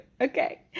Okay